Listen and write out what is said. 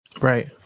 Right